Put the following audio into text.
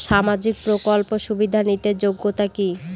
সামাজিক প্রকল্প সুবিধা নিতে যোগ্যতা কি?